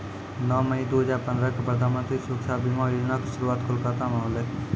नौ मई दू हजार पंद्रह क प्रधानमन्त्री सुरक्षा बीमा योजना के शुरुआत कोलकाता मे होलै